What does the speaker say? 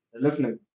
listening